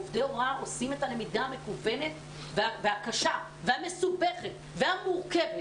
עובדי הוראה עושים את הלמידה המקוונת והקשה והמסובכת והמורכבת.